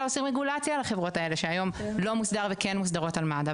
עושים רגולציה לחברות האלה שהיום לא מוסדר וכן מוסדר עם מד"א.